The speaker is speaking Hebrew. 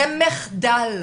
זה מחדל.